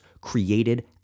created